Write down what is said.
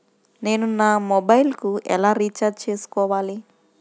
నేను నా మొబైల్కు ఎలా రీఛార్జ్ చేసుకోవాలి?